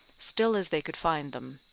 still as they could find them.